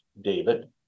David